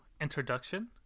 introduction